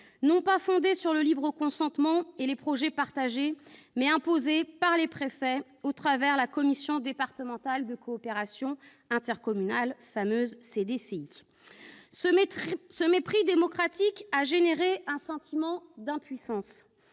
n'ont pas été fondés sur le libre consentement et les projets partagés, mais imposés par les préfets au travers de la commission départementale de la coopération intercommunale, la fameuse CDCI. Ce mépris démocratique a engendré un sentiment d'impuissance.